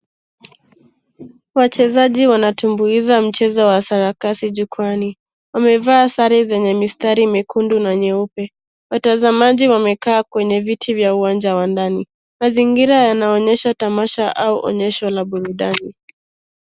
Wachezaji wanatumbuiza mchezo wa sarakasi jukwani. Wamevaa sare zenye mistari miekundu na nyeupe. Watazamaji wamekaa kwenye viti vya uwanja wa ndani. Mazingira yanaonyesha tamasha au onyesho la burudani.